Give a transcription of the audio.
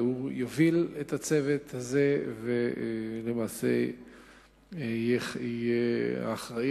והוא יוביל את הצוות הזה ולמעשה יהיה אחראי